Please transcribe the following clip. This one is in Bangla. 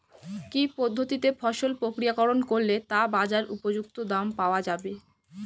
কি পদ্ধতিতে ফসল প্রক্রিয়াকরণ করলে তা বাজার উপযুক্ত দাম পাওয়া যাবে?